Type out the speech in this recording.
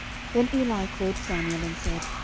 then eli called samuel, and said,